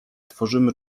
tworzymy